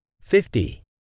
fifty